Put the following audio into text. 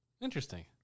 Interesting